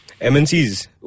MNCs